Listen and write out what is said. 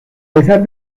pesar